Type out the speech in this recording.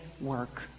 work